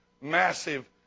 massive